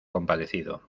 compadecido